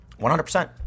100%